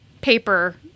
paper